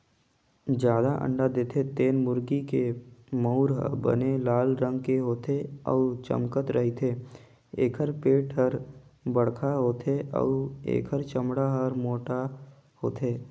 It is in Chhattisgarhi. जादा अंडा देथे तेन मुरगी के मउर ह बने लाल रंग के होथे अउ चमकत रहिथे, एखर पेट हर बड़खा होथे अउ एखर चमड़ा हर मोटहा होथे